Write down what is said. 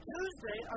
Tuesday